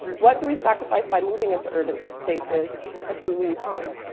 what do we sacrifice by moving into urban spaces and who do we become?